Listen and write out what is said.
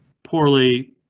poorly.